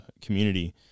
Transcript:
community